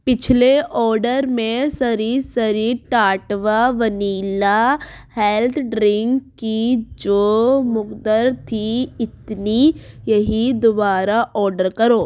پچھلے آڈر میں Sri Sri Tattva vanilla health drink کی جو مقدار تھی اتنی یہی دوبارہ آڈر کرو